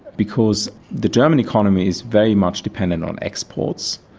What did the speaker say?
because the german economy is very much dependent on exports,